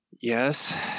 Yes